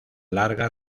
larga